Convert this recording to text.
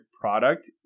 product